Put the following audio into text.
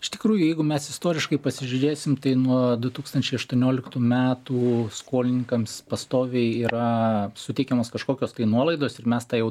iš tikrųjų jeigu mes istoriškai pasižiūrėsim tai nuo du tūkstančiai aštuonioliktų metų skolininkams pastoviai yra suteikiamos kažkokios tai nuolaidos ir mes tą jau